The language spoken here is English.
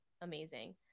amazing